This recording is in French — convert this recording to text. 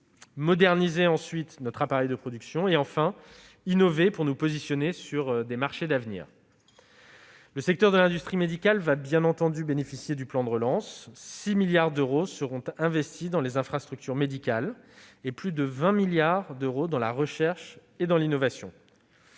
moderniser notre appareil de production ; innover pour nous positionner sur des marchés d'avenir. Le secteur de l'industrie médicale va bien évidemment bénéficier du plan de relance : 6 milliards d'euros seront investis dans les infrastructures médicales et plus de 20 milliards d'euros dans la recherche et dans l'innovation.